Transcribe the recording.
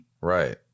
Right